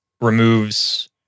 removes